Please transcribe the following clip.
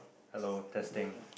hello testing